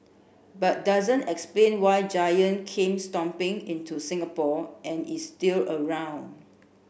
but doesn't explain why Giant came stomping into Singapore and is still around